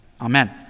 Amen